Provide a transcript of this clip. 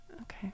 Okay